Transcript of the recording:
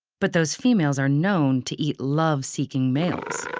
but those females are known to eat love-seeking males.